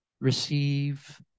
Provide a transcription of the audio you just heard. receive